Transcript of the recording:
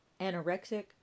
Anorexic